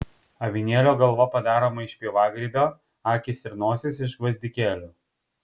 avinėlio galva padaroma iš pievagrybio akys ir nosis iš gvazdikėlių